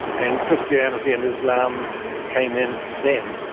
and christianity and islam came in then.